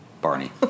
Barney